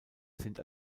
sind